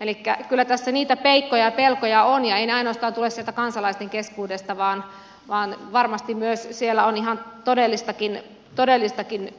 elikkä kyllä tässä niitä peikkoja pelkoja on ja eivät ne ainoastaan tule sieltä kansalaisten keskuudesta vaan varmasti myös siellä on ihan todellistakin